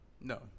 No